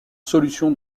solution